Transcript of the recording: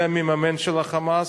זה המממן של ה"חמאס",